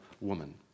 woman